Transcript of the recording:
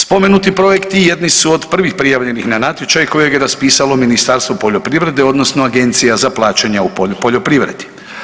Spomenuti projekti jedni su od prvih prijavljenih na natječaj kojeg je raspisalo Ministarstvo poljoprivrede odnosno Agencija za plaćanja u poljoprivredi.